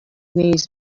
knees